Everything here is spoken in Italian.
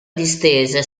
distesa